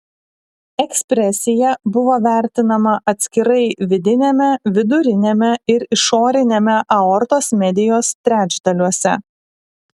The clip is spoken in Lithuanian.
ekspresija buvo vertinama atskirai vidiniame viduriniame ir išoriniame aortos medijos trečdaliuose